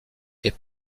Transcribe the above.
est